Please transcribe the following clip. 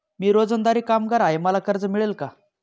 मी रोजंदारी कामगार आहे मला कर्ज मिळेल का?